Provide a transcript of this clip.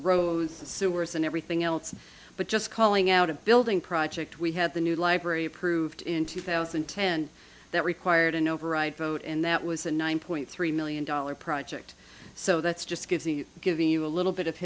the sewers and everything else but just calling out a building project we had the new library approved in two thousand and ten that required an override vote and that was a nine point three million dollars project so that's just gives me giving you a little bit of